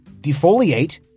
defoliate